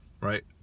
right